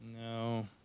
No